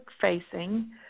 facing